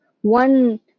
one